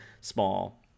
small